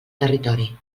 territori